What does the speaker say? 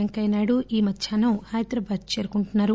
పెంకయ్యనాయుడు ఈ మధ్యాహ్నం హైదరాబాద్ చేరుకుంటున్నారు